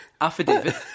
affidavit